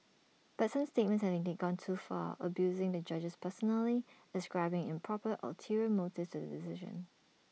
but some statements have indeed gone too far abusing the judges personally ascribing improper ulterior motives to the decision